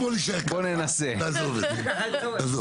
אז בוא נישאר ככה, נעזוב את זה, נעזוב.